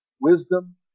wisdom